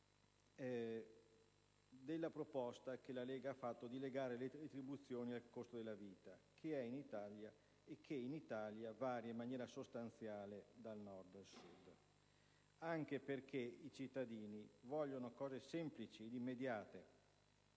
della proposta della Lega di legare le retribuzioni al costo della vita, che in Italia varia in maniera sostanziale dal Nord al Sud, anche perché i cittadini vogliono cose semplici ed immediate